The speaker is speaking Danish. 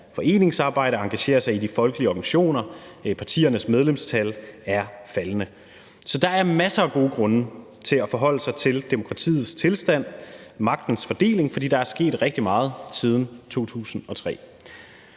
foreningsarbejdet og engagerer sig i de folkelige organisationer – partiernes medlemstal er faldende. Så der er masser af gode grunde til at forholde sig til demokratiets tilstand og magtens fordeling, for der er sket rigtig meget siden 2003.